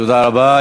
תודה רבה.